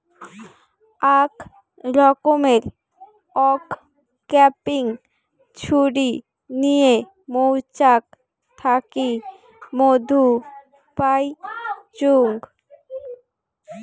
আক রকমের অংক্যাপিং ছুরি নিয়ে মৌচাক থাকি মধু পাইচুঙ